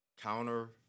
counter